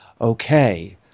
okay